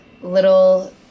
little